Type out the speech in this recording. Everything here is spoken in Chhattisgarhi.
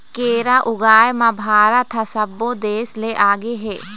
केरा ऊगाए म भारत ह सब्बो देस ले आगे हे